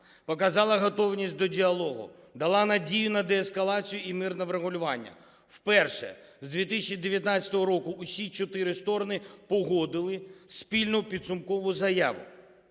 показала готовність до діалогу, дала надію на деескалацію і мирне врегулювання. Вперше з 2019 року усі чотири сторони погодили спільну підсумкову заяву.